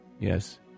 Yes